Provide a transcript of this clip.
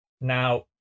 Now